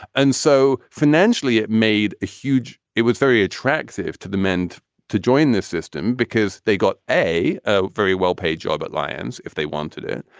and so financially, it made a huge it was very attractive to the men to join this system because they got a ah very well paid job at lions' if they wanted it.